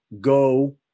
go